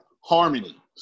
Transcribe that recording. harmony